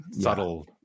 subtle